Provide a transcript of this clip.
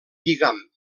lligam